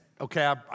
okay